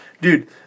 Dude